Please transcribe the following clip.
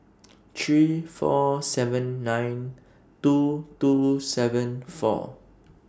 three four seven nine two two seven four